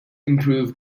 improve